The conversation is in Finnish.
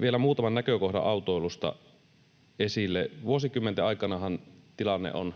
vielä muutaman näkökohdan autoilusta. Vuosikymmenten aikanahan tilanne on